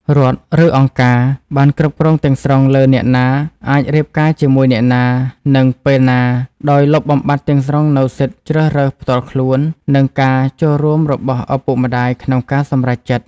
រដ្ឋ ឬ "អង្គការ" បានគ្រប់គ្រងទាំងស្រុងលើអ្នកណាអាចរៀបការជាមួយអ្នកណា និងពេលណា ដោយលុបបំបាត់ទាំងស្រុងនូវសិទ្ធិជ្រើសរើសផ្ទាល់ខ្លួននិងការចូលរួមរបស់ឪពុកម្តាយក្នុងការសម្រេចចិត្ត។